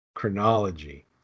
Chronology